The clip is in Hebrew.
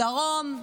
דרום,